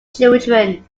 children